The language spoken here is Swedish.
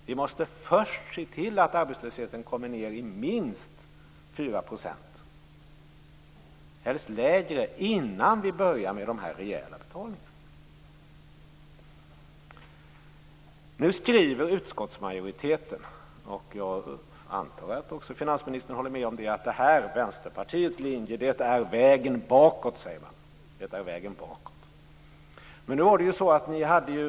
Vi måste först se till att arbetslösheten kommer ned i minst 4 %, helst lägre, innan vi börjar med de rejäla betalningarna. Nu skriver utskottsmajoriteten - och jag antar att också finansministern håller med om det - att Vänsterpartiets linje är vägen bakåt. Men ni hade ju framtidskongressen.